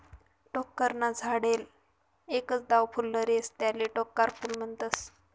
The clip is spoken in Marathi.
टोक्कर ना झाडले एकच दाव फुल्लर येस त्याले टोक्कर फूल म्हनतस